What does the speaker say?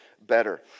better